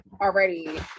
already